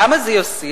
כמה זה יוסיף?